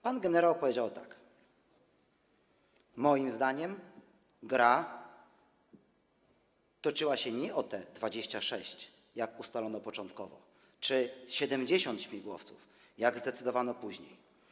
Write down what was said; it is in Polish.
Pan generał powiedział: Moim zdaniem gra toczyła się nie o te 26, jak ustalono początkowo, czy 70 śmigłowców, jak zdecydowano później.